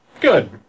Good